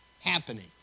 happening